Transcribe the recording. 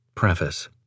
Preface